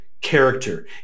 character